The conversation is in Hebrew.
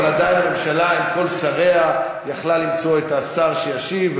אבל עדיין ממשלה עם כל שריה יכלה למצוא את השר שישיב,